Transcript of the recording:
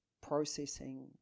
processing